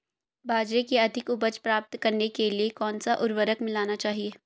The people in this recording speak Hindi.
बाजरे की अधिक उपज प्राप्त करने के लिए कौनसा उर्वरक मिलाना चाहिए?